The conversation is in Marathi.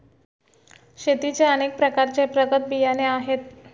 शेतीचे अनेक प्रकारचे प्रगत बियाणे आहेत